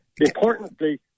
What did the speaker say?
Importantly